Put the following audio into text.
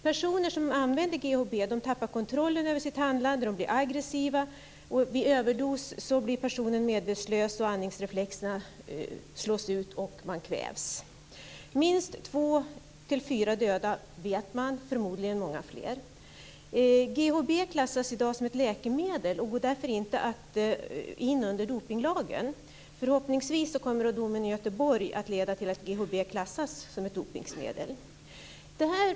Personer som använder GHB tappar kontrollen över sitt handlande. De blir aggressiva. Vid överdos blir personen medvetslös, andningsreflexerna slås ut och han eller hon kvävs. Minst 2-4 dödsfall känner man till, men det är förmodligen många fler. GHB klassas i dag som ett läkemedel och lyder därför inte under dopningslagen. Förhoppningsvis kommer domen i Göteborg att leda till att GHB klassas som ett dopningsmedel.